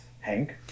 Hank